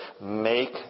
make